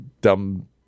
dumb